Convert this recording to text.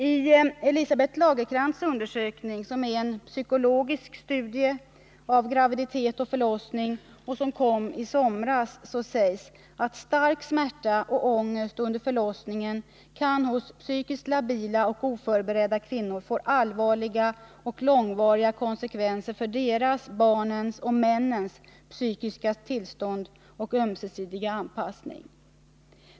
I Elisabeth Lagercrantz undersökning, som är en psykologisk studie av graviditet och förlossning och som kom i somras, sägs att stark smärta och ångest under förlossningen kan hos psykiskt labila och oförberedda kvinnor få allvarliga konsekvenser för deras, barnens och männens psykiska tillstånd och ömsesidiga anpassning.